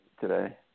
today